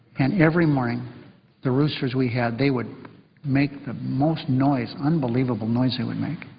and every morning the roosters we had, they would make the most noise, unbelievable noise they would make.